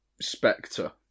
spectre